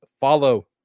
follow